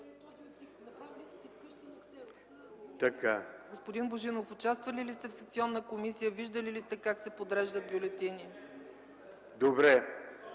Господин Божинов, участвали ли сте в секционна комисия, виждали ли сте как се подреждат бюлетини? ГЕОРГИ